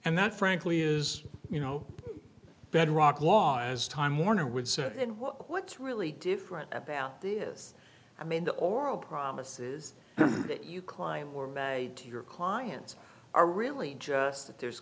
and that frankly is you know bedrock law as time warner would say and what's really different about this is i mean the oral promises that you claim were to your clients are really just that there's